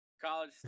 College